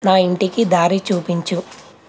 మా ఇంటికి దారి చూపించు